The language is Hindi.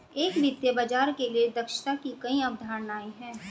एक वित्तीय बाजार के लिए दक्षता की कई अवधारणाएं हैं